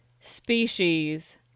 species